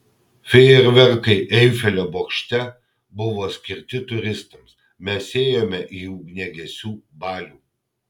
fejerverkai eifelio bokšte buvo skirti turistams mes ėjome į ugniagesių balių